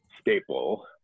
staple